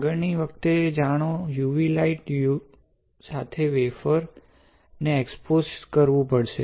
આગળની વખતે જાણો UV લાઇટ UV લાઇટ સાથે વેફર ને એક્સ્પોઝ કરવુ પડશે